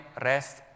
rest